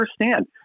understand